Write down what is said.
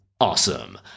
awesome